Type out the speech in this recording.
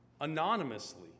anonymously